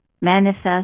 manifest